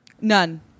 none